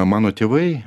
mano tėvai